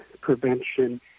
prevention